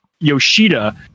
Yoshida